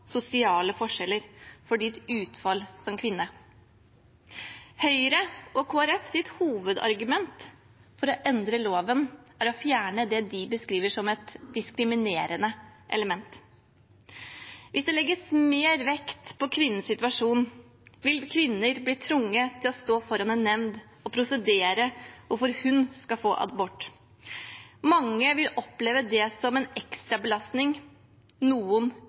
sosiale forskjeller i utfallet det fikk for kvinnen. Høyre og Kristelig Folkepartis hovedargument for å endre loven er å fjerne det de beskriver som «et diskriminerende element». Hvis det legges mer vekt på kvinnens situasjon, vil kvinnen bli tvunget til å stå foran en nemnd og prosedere hvorfor hun skal få abort. Mange vil oppleve det som en ekstra belastning – noen